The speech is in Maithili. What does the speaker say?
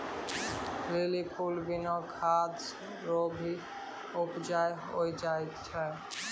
लीली फूल बिना खाद रो भी उपजा होय जाय छै